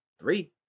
Three